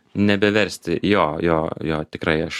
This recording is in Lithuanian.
nebeversti jo jo jo tikrai aš